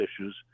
issues